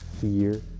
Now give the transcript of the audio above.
fear